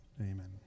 Amen